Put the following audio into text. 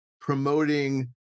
promoting